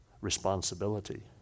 responsibility